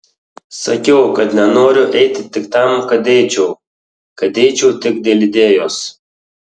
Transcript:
sakiau kad nenoriu eiti tik tam kad eičiau kad eičiau tik dėl idėjos